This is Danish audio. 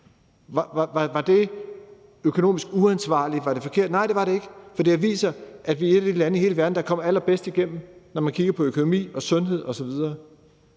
Var det økonomisk uansvarligt, og var det forkert? Nej, det var det ikke, for det har vist sig, at vi er et af de lande i hele verden, der er kommet allerbedst igennem, når man kigger på økonomi, sundhed osv.